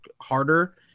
harder